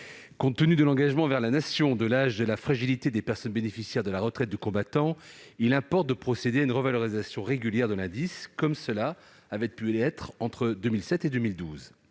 Compte tenu de l'engagement envers la Nation, de l'âge et de la fragilité des personnes bénéficiaires de la retraite du combattant, il importe de procéder à une revalorisation régulière de l'indice, comme cela avait été fait entre 2007 et 2012.